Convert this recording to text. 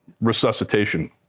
resuscitation